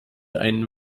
einen